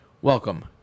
Welcome